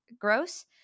gross